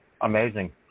Amazing